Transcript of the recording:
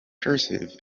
cursive